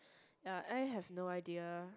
ya I have no idea